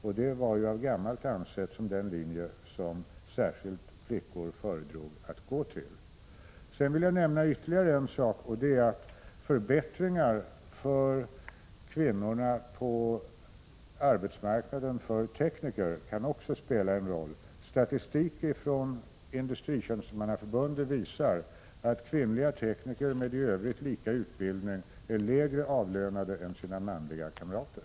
Den linjen är sedan gammalt ansedd som den linje som särskilt flickor föredrog. Jag vill nämna ytterligare en sak, och det är att förbättringar för kvinnor på arbetsmarknaden för tekniker också kan spela en roll. Statistik från Industritjänstemannaförbundet visar att kvinnliga tekniker med i övrigt lika utbildning som manliga är lägre avlönade än sina manliga kamrater.